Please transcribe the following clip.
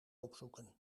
opzoeken